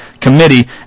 committee